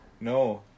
No